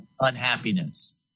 unhappiness